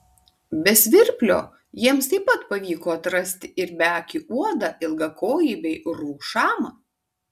be svirplio jiems taip pat pavyko atrasti ir beakį uodą ilgakojį bei urvų šamą